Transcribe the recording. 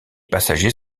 passagers